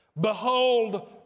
behold